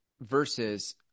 versus